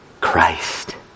Christ